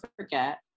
forget